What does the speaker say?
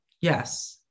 Yes